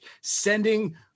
sending